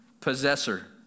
possessor